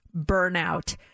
burnout